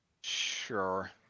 Sure